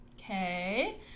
okay